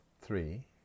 three